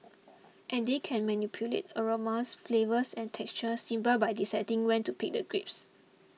and they can manipulate aromas flavours and textures simply by deciding when to pick the grapes